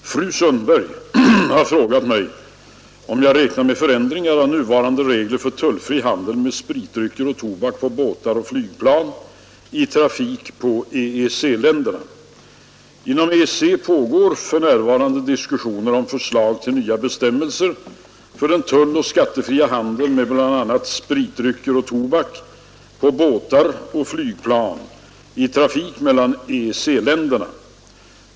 Herr talman! Fru Sundberg har frågat mig om jag räknar med förändringar av nuvarande regler för tullfri handel med spritdrycker och tobak på båtar och flygplan i trafik på EEC-länderna. Inom EEC pågår för närvarande diskussioner om förslag till nya bestämmelser för den tulloch skattefria handeln med bl.a. spritdrycker och tobak på båtar och flygplan i trafik mellan EEC-länderna.